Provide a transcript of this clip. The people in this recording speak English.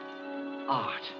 Art